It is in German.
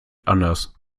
anders